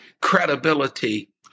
credibility